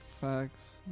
Facts